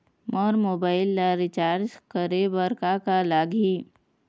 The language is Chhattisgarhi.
मोर मोबाइल ला रिचार्ज करे बर का का लगही?